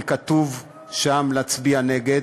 כי כתוב שם להצביע נגד.